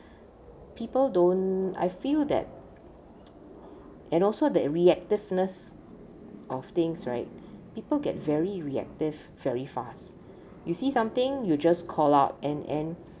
people don't I feel that and also the reactiveness of things right people get very reactive very fast you see something you just call up and and